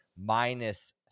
minus